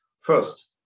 First